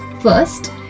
First